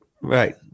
Right